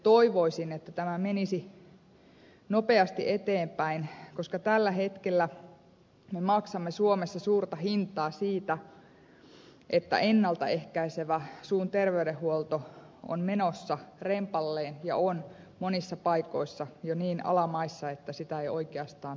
toivoisin että tämä menisi nopeasti eteenpäin koska tällä hetkellä me maksamme suomessa suurta hintaa siitä että ennalta ehkäisevä suun terveydenhuolto on menossa rempalleen ja on monissa paikoissa jo niin alamaissa että sitä ei oikeastaan tapahdu